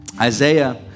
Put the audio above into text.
isaiah